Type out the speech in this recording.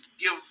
give